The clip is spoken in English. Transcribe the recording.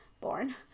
born